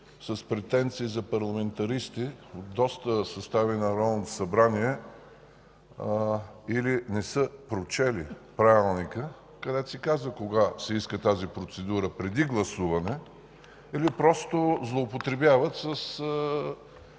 с претенции за парламентаристи в доста състави на Народното събрание или не са прочели Правилника, където се казва кога се иска тази процедура – преди гласуване, или просто злоупотребяват с